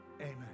Amen